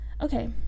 Okay